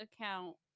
account